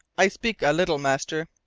i speak a little, master,